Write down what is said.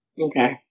Okay